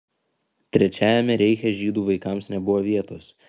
trečiajame reiche žydų vaikams nebuvo vietos